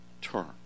term